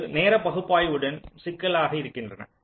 இது நேரப்பகுப்பாய்வுடன் சிக்கலாக இருக்கின்றது